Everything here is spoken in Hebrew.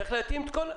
צריך להתאים הכל.